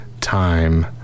time